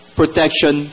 protection